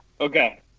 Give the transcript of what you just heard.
Okay